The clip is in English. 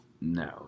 No